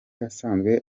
asanzwe